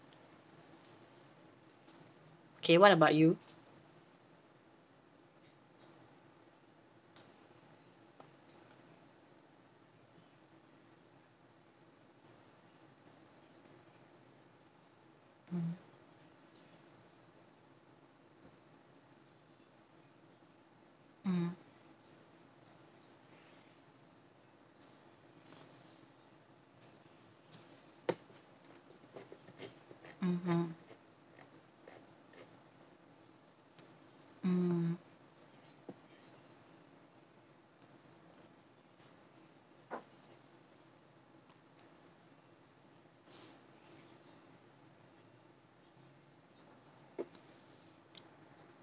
okay what about you mm mm mmhmm mm